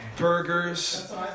Burgers